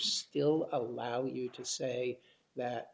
still allow you to say that